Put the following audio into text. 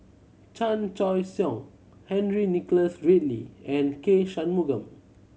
Chan Choy Siong Henry Nicholas Ridley and K Shanmugam